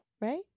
Right